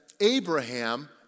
Abraham